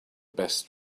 best